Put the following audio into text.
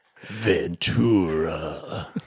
Ventura